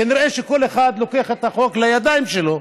כנראה שכל אחד לוקח את החוק לידיים שלו,